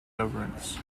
governance